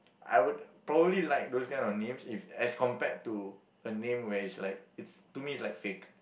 I would probably like those kind of names if as compared to the name where is like is to me is like fake